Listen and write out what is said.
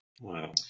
Wow